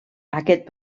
aquest